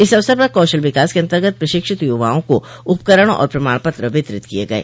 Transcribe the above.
इस अवसर पर कौशल विकास के अन्तर्गत प्रशिक्षित यूवाओं को उपकरण और प्रमाण पत्र वितरित किये गये